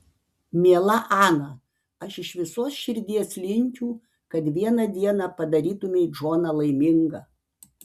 miela ana aš iš visos širdies linkiu kad vieną dieną padarytumei džoną laimingą